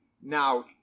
Now